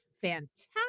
fantastic